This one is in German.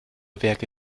werke